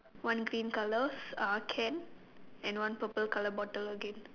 one green colour uh can and one purple colour bottle again